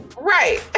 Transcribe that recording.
Right